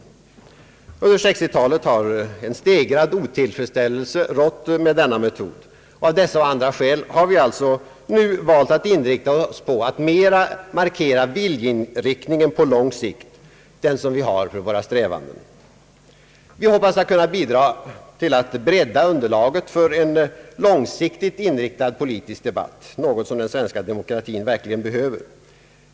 Under 1960-talet har en stegrad otillfredsställelse rått med denna metod. Av dessa och andra skäl har vi därför nu valt att inrikta oss på att mera markera den viljeinriktning på lång sikt vi har för våra strävanden. Vi hoppas emellertid att kunna bidra till att bredda underlaget för en mer långsiktigt inriktad politisk debatt, något som den svenska demokratin verkligen behöver.